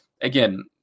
again